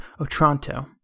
Otranto